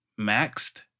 maxed